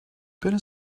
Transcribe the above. better